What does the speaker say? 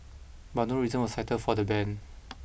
but no reasons were cited for the ban